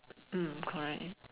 mm correct